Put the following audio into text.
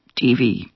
TV